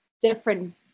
different